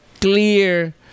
clear